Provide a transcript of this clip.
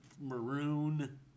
maroon